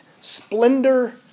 splendor